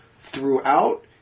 throughout